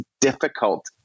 difficult